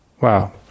wow